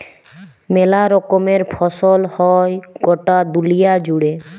মেলা রকমের ফসল হ্যয় গটা দুলিয়া জুড়ে